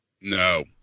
No